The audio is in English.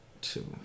Two